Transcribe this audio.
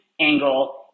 angle